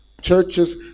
Churches